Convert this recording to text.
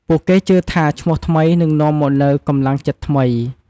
ពួកគេជឿថាឈ្មោះថ្មីនឹងនាំមកនូវកម្លាំងចិត្តថ្មី។